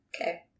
Okay